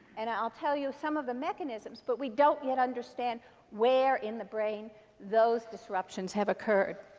and i'll tell you some of the mechanisms. but we don't yet understand where in the brain those disruptions have occurred.